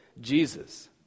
Jesus